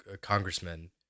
congressman